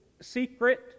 secret